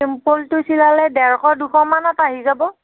চিম্পুলটো চিলালে ডেৰশ দুশমানত আহি যাব